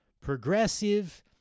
progressive